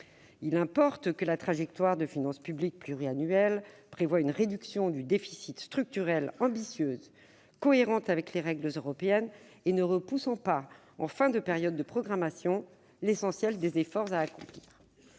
Il importe que [la trajectoire de finances publiques pluriannuelle] prévoie une réduction du déficit structurel ambitieuse, cohérente avec les règles européennes et ne repoussant pas en fin de période de programmation l'essentiel des efforts à accomplir.